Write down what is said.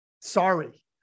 sorry